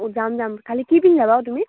অ' যাম যাম খালি কি পিন্ধি যাবাও তুমি